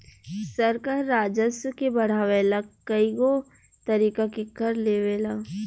सरकार राजस्व के बढ़ावे ला कएगो तरीका के कर लेवेला